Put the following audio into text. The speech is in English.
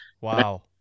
Wow